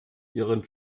ihren